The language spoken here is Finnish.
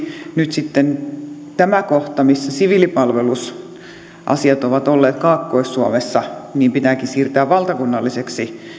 nyt tämä kohta missä siviilipalvelusasiat ovat olleet kaakkois suomessa pitääkin siirtää valtakunnalliseksi